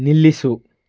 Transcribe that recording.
ನಿಲ್ಲಿಸು